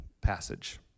passage